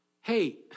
Hey